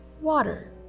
Water